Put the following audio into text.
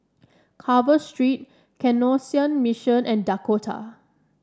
Carver Street Canossian Mission and Dakota